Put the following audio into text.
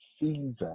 season